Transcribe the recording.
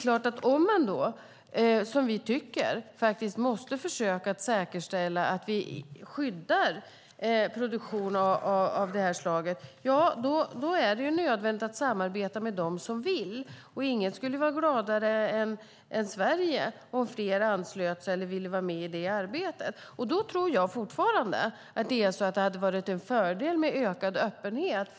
Eftersom vi tycker att vi måste försöka säkerställa att produktion av det här slaget skyddas är det nödvändigt att samarbeta med dem som vill. Ingen skulle vara gladare än vi i Sverige om flera anslöt sig eller ville vara med i arbetet. Jag tror fortfarande att det är en fördel med ökad öppenhet.